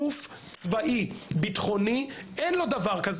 גוף צבאי ביטחוני, אין לו דבר כזה.